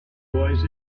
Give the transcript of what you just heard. boys